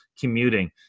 commuting